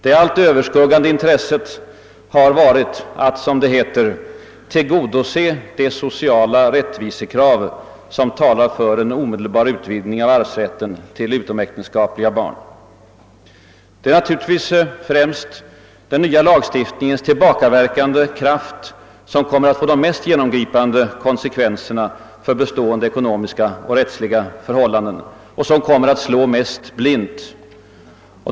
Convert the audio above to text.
Det allt överskuggande intresset har varit att — som det heter — tillgodose de sociala rättvisekrav som talar för en omedelbar utvidgning av arvsrätten till utomäktenskapliga barn. Det är naturligtvis främst den nya lagstiftningens tillbakaverkande kraft som kommer att få de mest ingripande konsekvenserna för bestående ekonomiska och rättsliga förhållanden och som kommer att slå mest blint.